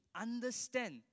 understand